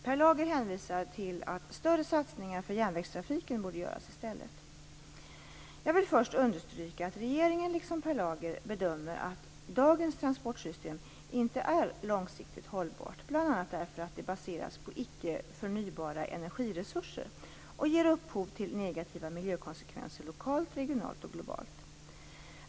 Per Lager hänvisar till att större satsningar för järnvägstrafiken borde göras i stället. Jag vill först understryka att regeringen, liksom Per Lager, bedömer att dagens transportsystem inte är långsiktigt hållbart, bl.a. därför att det baseras på icke förnybara energiresurser och ger upphov till negativa miljökonsekvenser lokalt, regionalt och globalt.